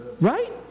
Right